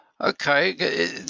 Okay